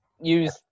use